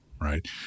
right